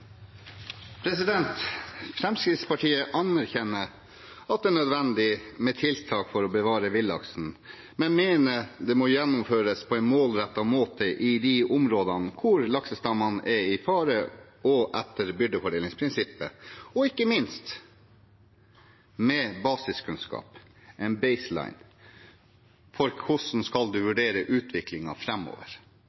nødvendig med tiltak for å bevare villaksen, men mener det må gjennomføres på en målrettet måte i de områdene hvor laksestammene er i fare, etter byrdefordelingsprinsippet og ikke minst med basiskunnskap, en «baseline», om hvordan man skal